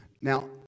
Now